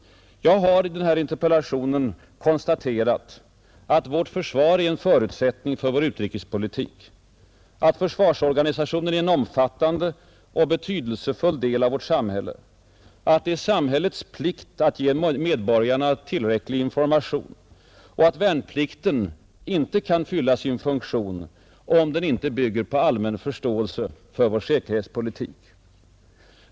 Jag har i interpellationen konstaterat att vårt försvar är en förutsättning för vår utrikespolitik, att försvarsorganisationen är en omfattande och betydelsefull del av vårt samhälle, att det är samhällets plikt att ge medborgarna tillräcklig information och att värnplikten inte kan fylla sin funktion om den inte bygger på allmän förståelse för vår säkerhetspolitik.